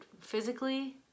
physically